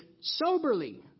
soberly